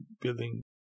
building